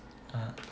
uh